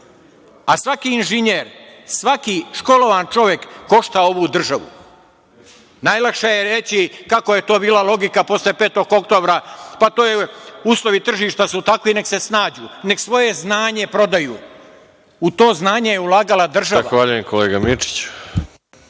A svaki inženjer, svaki školovan čovek košta ovu državu. Najlakše je reći, kako je to bila logika posle 5. oktobra - uslovi tržišta su takvi, nek se snađu, nek svoje znanje prodaju. U to znanje je ulagala država.